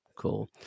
Cool